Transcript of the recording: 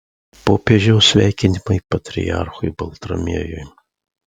popiežiaus sveikinimai patriarchui baltramiejui